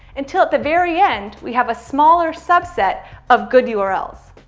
until at the very end, we have a smaller subset of good yeah urls.